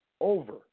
over